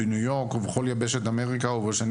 בניו יורק ובכל יבשת אמריקה ובשנים